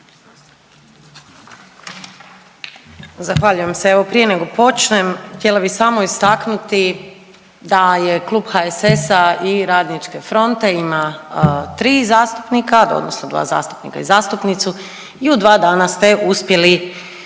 Zahvaljujem se. Evo prije nego počnem htjela bi samo istaknuti da Klub HSS-a i RF ima 3 zastupnika odnosno 2 zastupnika i zastupnicu i u 2 dana ste uspjeli istjerati